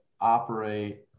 operate